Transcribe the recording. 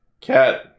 Cat